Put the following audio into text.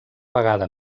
vegada